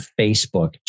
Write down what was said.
Facebook